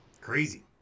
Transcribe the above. Crazy